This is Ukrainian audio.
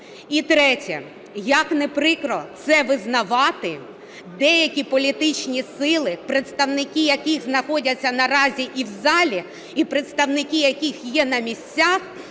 І третє. Як не прикро це визнавати, деякі політичні сили, представники яких знаходяться наразі і в залі, і представники яких є на місцях,